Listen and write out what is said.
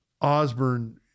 Osborne